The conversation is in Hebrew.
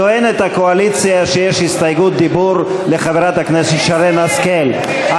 טוענת הקואליציה שיש הסתייגות דיבור לחברת הכנסת שרן השכל.